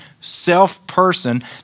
self-person